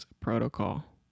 Protocol